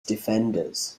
defenders